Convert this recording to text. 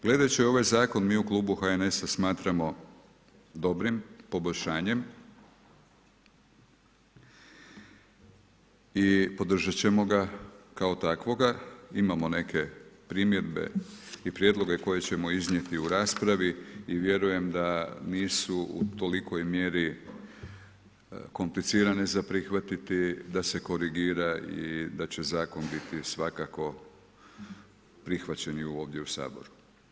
Gledajući ovaj zakon mi u klubu HNS-a smatramo dobrim poboljšanjem i podržati ćemo ga kao takvoga, imamo neke primjedbe i prijedloge koje ćemo iznijeti u raspravi i vjerujem da nisu u tolikoj mjeri komplicirane za prihvatiti da se korigira i da će zakon biti svakako prihvaćen i ovdje u Saboru.